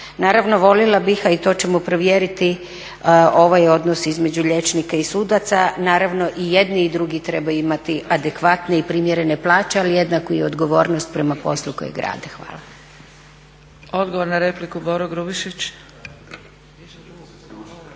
Naravno voljela bih, a to ćemo provjeriti ovaj odnos između liječnika i sudaca, naravno i jedini drugi trebaju imati adekvatne i primjerene plaće, ali i jednaku odgovornost prema poslu kojeg rade. Hvala. **Zgrebec, Dragica